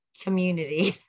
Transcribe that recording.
community